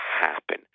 happen